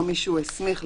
או מי שהוא הסמיך,